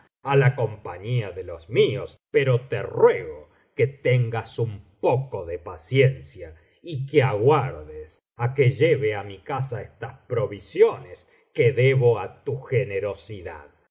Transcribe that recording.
á la compañía de los míos pero te ruego que tengas un poco de paciencia y que aguardes á que lleve á mi casa estas provisiones que debo á tu generosidad